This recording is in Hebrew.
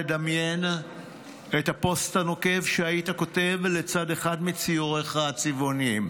לדמיין את הפוסט הנוקב שהיית כותב לצד אחד מציוריך הצבעוניים,